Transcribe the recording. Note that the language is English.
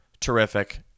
terrific